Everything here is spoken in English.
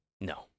No